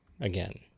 again